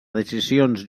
decisions